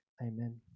amen